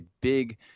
big